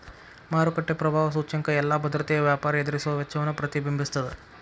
ಮಾರುಕಟ್ಟೆ ಪ್ರಭಾವ ಸೂಚ್ಯಂಕ ಎಲ್ಲಾ ಭದ್ರತೆಯ ವ್ಯಾಪಾರಿ ಎದುರಿಸುವ ವೆಚ್ಚವನ್ನ ಪ್ರತಿಬಿಂಬಿಸ್ತದ